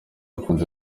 ukunze